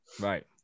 Right